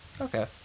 Okay